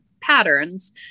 patterns